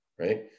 right